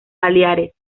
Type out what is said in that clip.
baleares